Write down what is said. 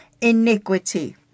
iniquity